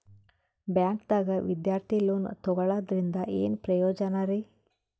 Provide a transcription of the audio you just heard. ಬ್ಯಾಂಕ್ದಾಗ ವಿದ್ಯಾರ್ಥಿ ಲೋನ್ ತೊಗೊಳದ್ರಿಂದ ಏನ್ ಪ್ರಯೋಜನ ರಿ?